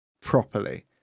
properly